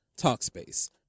Talkspace